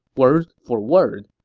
word for word.